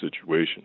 situation